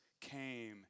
came